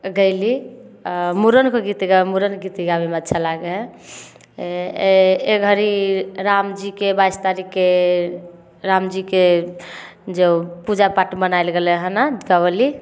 गएली मूड़नके गीत मूड़नके गीत गाबैमे अच्छा लागै हइ एहि घड़ी रामजीके बाइस तारीखके रामजीके जब पूजा पाठ मनाएल गेलै हन दीपावली